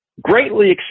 greatly